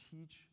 teach